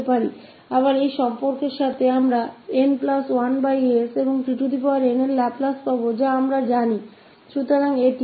फिर से इस relation क साथ हम जानते है हमारे पास है n1s और लाप्लास tn का जो की यहाँ पता है